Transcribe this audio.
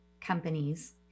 companies